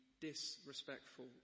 disrespectful